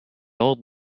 old